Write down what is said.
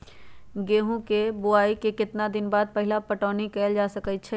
गेंहू के बोआई के केतना दिन बाद पहिला पटौनी कैल जा सकैछि?